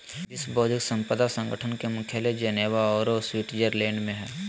विश्व बौद्धिक संपदा संगठन के मुख्यालय जिनेवा औरो स्विटजरलैंड में हइ